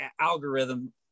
algorithm